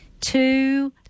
two